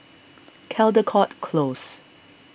Caldecott Close